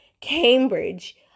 Cambridge